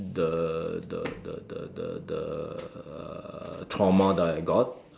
the the the the the the uh trauma that I got